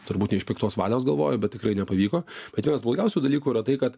turbūt ne iš piktos valios galvojo bet tikrai nepavyko bet vienas blogiausių dalykų yra tai kad